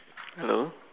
hello